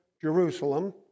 jerusalem